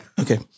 okay